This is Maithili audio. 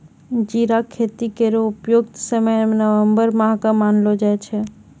जीरा खेती केरो उपयुक्त समय नवम्बर माह क मानलो जाय छै